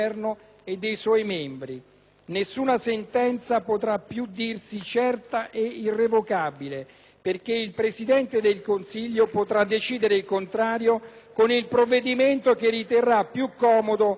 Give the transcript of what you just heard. Nessuna sentenza potrà più dirsi certa ed irrevocabile, perché il Presidente del Consiglio potrà decidere il contrario con il provvedimento che riterrà più comodo e per sé più utile.